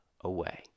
away